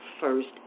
first